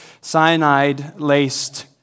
cyanide-laced